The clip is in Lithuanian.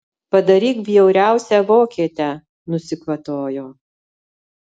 padaryk bjauriausią vokietę nusikvatojo